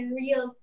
real